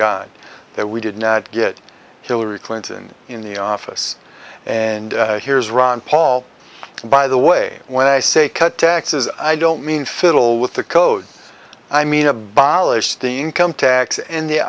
god that we did not get hillary clinton in the office and here's ron paul by the way when i say cut taxes i don't mean fiddle with the code i mean abolish the income tax and the